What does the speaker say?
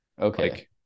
Okay